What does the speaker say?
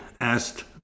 asked